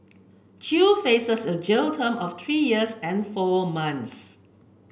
chew faces a jail term of three years and four months